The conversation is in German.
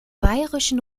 bayerischen